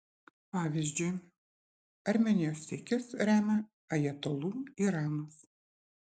pavyzdžiui armėnijos siekius remia ajatolų iranas